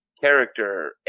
character